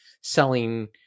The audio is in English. selling